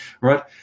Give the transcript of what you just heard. right